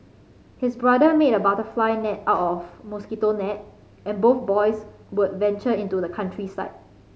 his brother made a butterfly net out of mosquito net and both boys would venture into the countryside